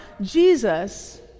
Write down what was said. Jesus